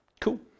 Cool